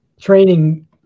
training